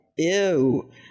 Ew